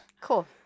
Cool